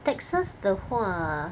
Texas 的话